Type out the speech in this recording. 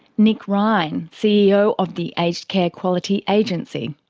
nick ryan, ceo of the aged care quality agency.